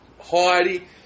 Heidi